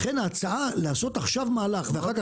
לכן ההצעה לעשות עכשיו מהלך ואחר כך,